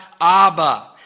Abba